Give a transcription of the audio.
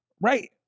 Right